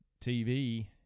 TV